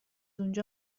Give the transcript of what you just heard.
اونجا